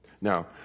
Now